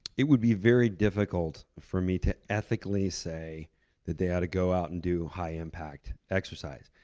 it would be very difficult for me to ethically say that they ought to go out and do high impact exercise.